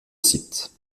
site